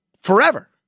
forever